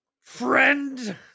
Friend